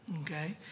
Okay